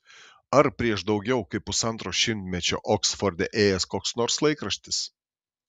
ar prieš daugiau kaip pusantro šimtmečio oksforde ėjęs koks nors laikraštis